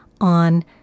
on